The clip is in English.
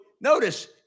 notice